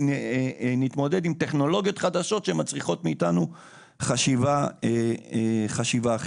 ונתמודד עם טכנולוגיות חדשות שמצריכות מאיתנו חשיבה אחרת.